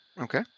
Okay